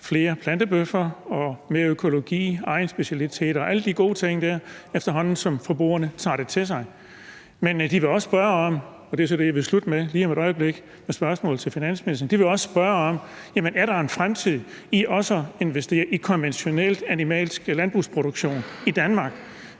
flere plantebøffer, mere økologi, egnsspecialiteter og alle de der gode ting, efterhånden som forbrugerne tager det til sig. Men de vil også spørge om følgende, og det er så det, jeg vil slutte med lige om et øjeblik i et spørgsmål til finansministeren: Jamen er der en fremtid i også at investere i konventionel animalsk landbrugsproduktion i Danmark?